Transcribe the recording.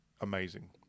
amazing